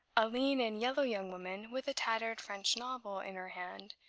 a lean and yellow young woman, with a tattered french novel in her hand,